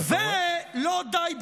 לא די בזה,